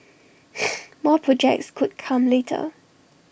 more projects could come later